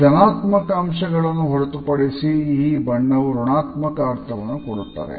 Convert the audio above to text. ಧನಾತ್ಮಕ ಅಂಶಗಳನ್ನು ಹೊರತುಪಡಿಸಿ ಈ ಬಣ್ಣವು ಋಣಾತ್ಮಕ ಅರ್ಥವನ್ನು ಕೊಡುತ್ತದೆ